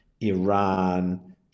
Iran